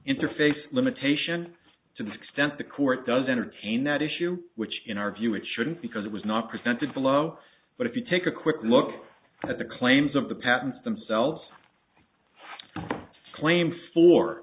interface limitation to the extent the court does entertain that issue which in our view it shouldn't because it was not presented below but if you take a quick look at the claims of the patents themselves claim